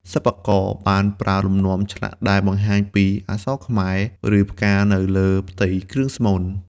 សិប្បករបានប្រើ លំនាំ ឆ្លាក់ដែលបង្ហាញពីអក្សរខ្មែរ ឬផ្កានៅលើផ្ទៃគ្រឿងស្មូន។